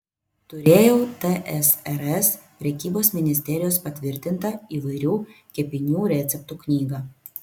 turėjau tsrs prekybos ministerijos patvirtintą įvairių kepinių receptų knygą